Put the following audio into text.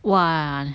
!wah!